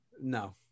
No